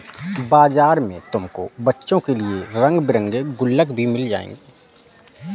बाजार में तुमको बच्चों के लिए रंग बिरंगे गुल्लक भी मिल जाएंगे